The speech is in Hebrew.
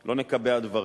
לא נקבע דברים.